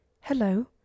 Hello